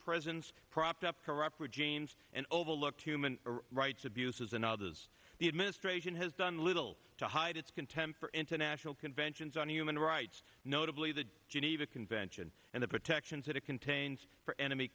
prisons propped up corrupt regimes and overlooked human rights abuses and others the administration has done little to hide its contempt for international conventions on human rights notably the geneva convention and the protections that it contains for enemy